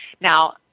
Now